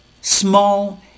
small